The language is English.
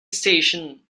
station